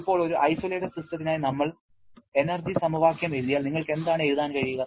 ഇപ്പോൾ ഒരു ഐസൊലേറ്റഡ് സിസ്റ്റത്തിനായി നമ്മൾ എനർജി സമവാക്യം എഴുതിയാൽ നിങ്ങൾക്ക് എന്താണ് എഴുതാൻ കഴിയുക